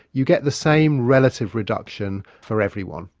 you get the same relative reduction for everyone.